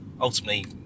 ultimately